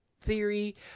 theory